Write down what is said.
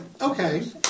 Okay